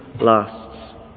lasts